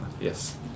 Yes